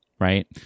Right